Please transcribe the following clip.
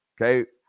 okay